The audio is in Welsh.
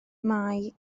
mai